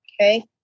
Okay